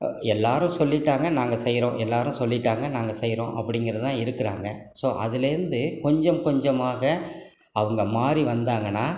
எல்லோரும் சொல்லிட்டாங்க நாங்கள் செய்கிறோம் எல்லாரும் சொல்லிட்டாங்க நாங்கள் செய்கிறோம் அப்படிங்கறது தான் இருக்கிறாங்க ஸோ அதுலேருந்து கொஞ்சம் கொஞ்சமாக அவங்கள் மாறி வந்தாங்கன்னால்